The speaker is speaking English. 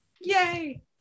Yay